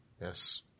Yes